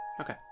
okay